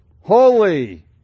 Holy